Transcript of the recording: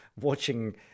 watching